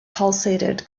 pulsated